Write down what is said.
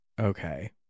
Okay